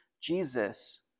Jesus